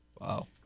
Wow